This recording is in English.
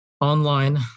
Online